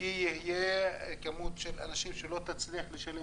כי תהיה כמות של אנשים שלא תצליח לשלם